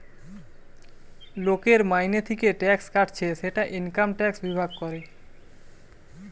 লোকের মাইনে থিকে ট্যাক্স কাটছে সেটা ইনকাম ট্যাক্স বিভাগ করে